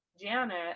Janet